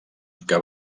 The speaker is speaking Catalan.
que